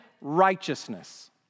righteousness